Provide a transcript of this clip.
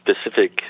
specific